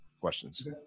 questions